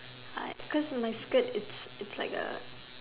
I cause my skirt it's it's like A